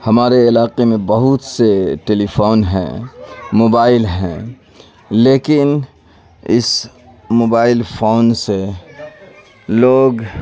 ہمارے علاقے میں بہت سے ٹیلی فون ہیں موبائل ہیں لیکن اس موبائل فون سے لوگ